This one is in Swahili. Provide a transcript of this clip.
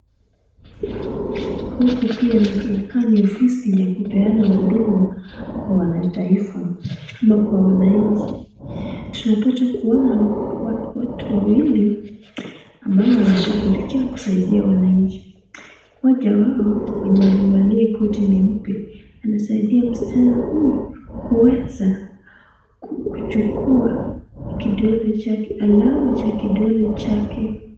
Huku pia inaka ya ofisi ya kupeana huduma kwa wanataifa ama kwa wananchi. Tunapata kuona watu wawili ambao wanashughulikia kusaidia wananchi. Mmoja wao mwenye amevaa koti nyeupe anasaidia msichana huyu kuweza kuchukua kidole chake, alama ya kidole chake.